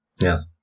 Yes